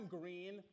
Green